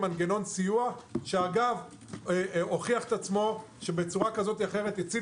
מנגנון סיוע שאגב הוכיח עצמו שבצורה כזו או אחרת הציל